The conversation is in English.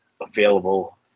available